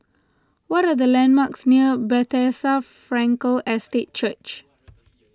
what are the landmarks near Bethesda Frankel Estate Church